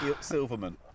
silverman